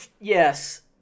Yes